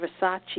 Versace